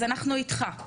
אז אנחנו איתך.